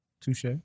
Touche